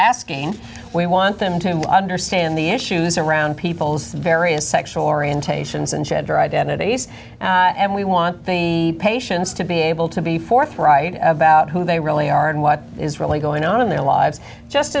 asking we want them to understand the issues around peoples of various sexual orientations and gender identities and we want the patients to be able to be forthright about who they really are and what is really going on in their lives just